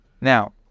Now